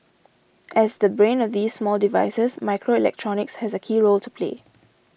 as the brain of these small devices microelectronics has a key role to play